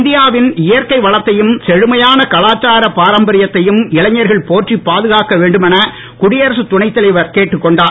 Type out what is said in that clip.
India வின் இயற்கை வளத்தையும் செழுமையான கலாச்சார பாரம்பரியத்தையும் இளைஞர்கள் போற்றிப் பாதுகாக்க வேண்டுமென குடியரசுத் துணைத்தலைவர் கேட்டுக்கொண்டார்